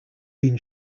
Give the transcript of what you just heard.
been